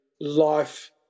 life